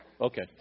Okay